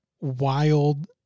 wild